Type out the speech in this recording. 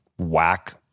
whack